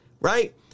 Right